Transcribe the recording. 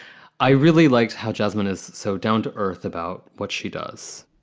i really liked how jasmine is so down to earth about what she does.